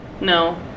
No